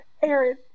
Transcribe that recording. Aaron